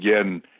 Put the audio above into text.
again